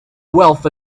wealth